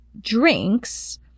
drinks